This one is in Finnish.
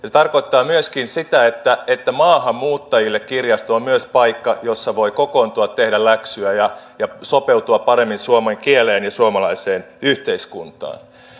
se tarkoittaa myöskin sitä että maahanmuuttajille kirjasto on myös paikka jossa voi kokoontua tehdä läksyjä ja sopeutua paremmin suomen kieleen ja suomalaiseen yhteiskuntaan